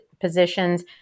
positions